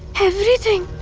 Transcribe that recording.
everything.